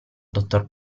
dottor